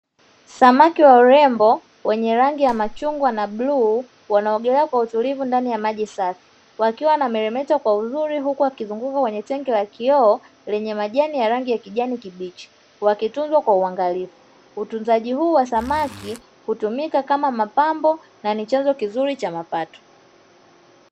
Samaki wa urembo wenye rangi ya machungwa na bluu, wanaogelea kwa utulivu ndani ya maji safi, wakiwa wanameremeta kwa uzuri, huku wakizunguka kwenye tenki la kioo lenye majani ya rangi ya kijani kibichi, wakitunzwa kwa uangalifu. Ufugaji huu wa samaki hutumika kama mapambo na ni chanzo kizuri cha mapato.